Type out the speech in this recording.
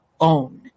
own